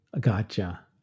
Gotcha